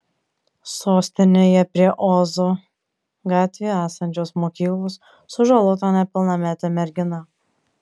sostinėje prie ozo gatvėje esančios mokyklos sužalota nepilnametė mergina